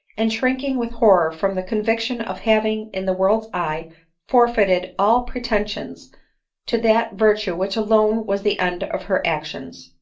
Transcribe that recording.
and shrinking with horror from the conviction of having in the world's eye forfeited all pretensions to that virtue which alone was the end of her actions!